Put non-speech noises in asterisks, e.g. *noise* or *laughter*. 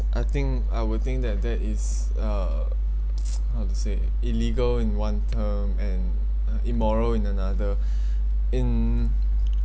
I think I would think that that is uh how to say illegal in one term and immoral in another *breath* in